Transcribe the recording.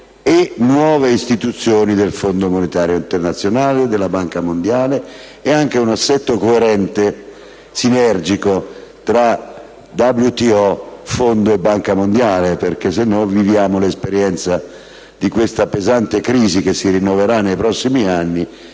e nuove istituzioni del Fondo monetario internazionale e della Banca mondiale, nonché un assetto coerente, sinergico tra WTO, Fondo e Banca mondiale. In caso contrario, viviamo l'esperienza della attuale pesante crisi, che si rinnoverà nei prossimi anni,